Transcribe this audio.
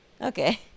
Okay